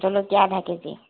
জলকীয়া আধা কেজি